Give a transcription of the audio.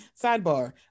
sidebar